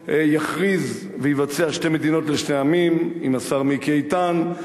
יכריז ויבצע שתי מדינות לשני עמים עם השר מיקי איתן,